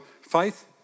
faith